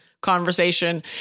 Conversation